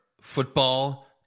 Football